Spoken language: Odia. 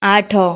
ଆଠ